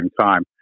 time